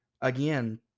again